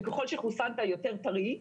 ככל שחוסנת יותר טרי,